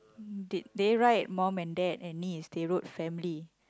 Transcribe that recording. did they write mum and dad and niece they wrote family